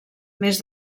més